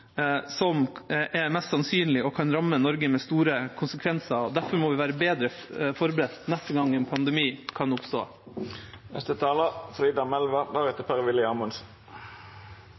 som det er mest sannsynlig kan ramme Norge, med store konsekvenser. Derfor må vi være bedre forberedt neste gang en pandemi kan oppstå.